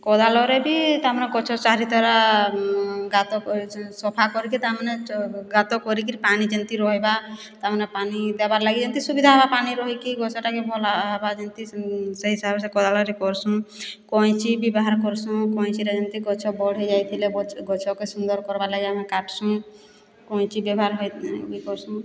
କୋଦାଳରେ ବି ତା ମାନେ ଗଛ ଚାରି ତରା ଗାତ କରି ସଫା କରିକୀ ତା ମାନେ ଗାତ କରିକିରି ପାଣି ଯେନ୍ତି ରହେବା ତା ମାନେ ପାଣି ଦେବାର୍ ଲାଗି ଏମିତି ସୁବିଧା ହେବ ପାଣି ରହିକି ଗଛଟା ବି ଭଲ ହେବ ଯେମିତି ସେହି ହିସାବରେ କୋଦାଳରେ କର୍ସୁଁ କଇଁଚି ବି ବାହାର କରସୁଁ କଇଁଚିରେ ଯେମିତି ଗଛ ବଡ଼୍ ହେଇ ଯାଇଥିଲେ ଗଛକେ ସୁନ୍ଦର୍ କର୍ବାର୍ ଲାଗି ଆମେ କାଟ୍ସୁଁ କଇଁଚି ବ୍ୟବହାର ବି କର୍ସୁଁ